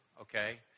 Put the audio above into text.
Okay